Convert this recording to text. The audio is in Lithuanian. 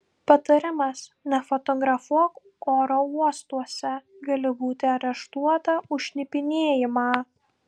patarimas nefotografuok oro uostuose gali būti areštuota už šnipinėjimą